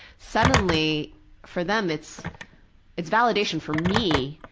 suddenly for them, it's it's validation for me.